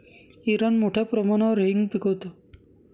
Iran मोठ्या प्रमाणावर हिंग पिकवतो